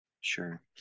Sure